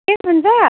हुन्छ